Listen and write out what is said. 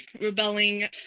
rebelling